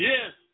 Yes